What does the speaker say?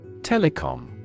Telecom